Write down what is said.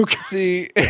See